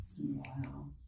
Wow